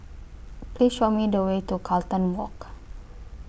Please Show Me The Way to Carlton Walk